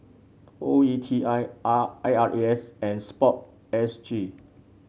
O E T I R A R A S and sport S G